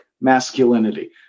masculinity